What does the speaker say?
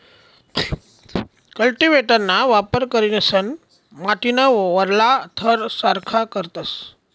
कल्टीव्हेटरना वापर करीसन माटीना वरला थर सारखा करतस